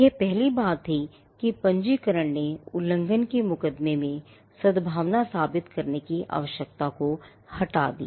यह पहली बात थी कि पंजीकरण ने उल्लंघन के मुकदमे में सद्भावना साबित करने की आवश्यकता को हटा दिया